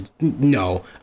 no